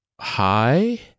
hi